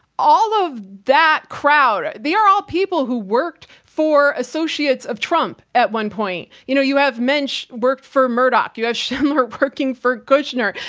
all of that crowd, they are all people who worked for associates of trump at one point. you know, you have mensch who worked for murdoch, you have schindler working for kushner,